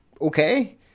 okay